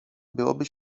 byłoby